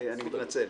אני מתנצל.